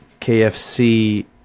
KFC